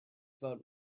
about